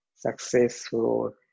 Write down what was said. successful